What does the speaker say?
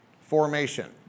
formation